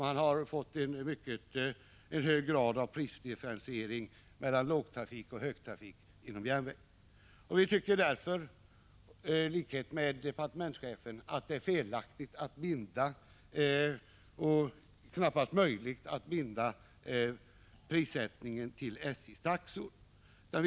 Det har inom SJ blivit en hög grad av prisdifferentiering med hänsyn till högtrafik och lågtrafik. Därför tycker vi, liksom departementschefen, att det knappast är möjligt att binda prissättningen till SJ:s taxor.